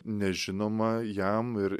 nežinoma jam ir